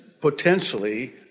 potentially